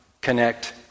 connect